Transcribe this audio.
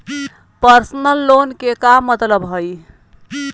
Personal loan के का मतलब हई?